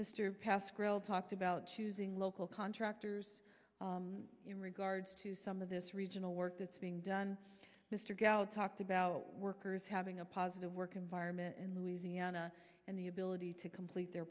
mr pascrell talked about choosing local contractors in regards to some of this regional work that's being done mr gallup talked about workers having a positive work environment in louisiana and the ability to complete their